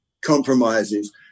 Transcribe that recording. compromises